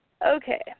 Okay